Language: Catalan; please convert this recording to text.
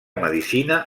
medicina